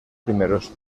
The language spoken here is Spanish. primeros